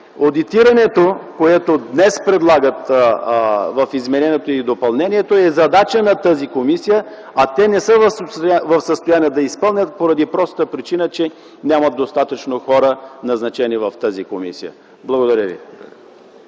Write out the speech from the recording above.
одитирането, което днес предлагат в изменението и допълнението, е задача на тази комисия, а тя не е в състояние да я изпълни, поради простата причина, че няма назначени достатъчно хора в нея. Благодаря ви.